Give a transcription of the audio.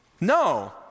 No